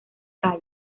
cali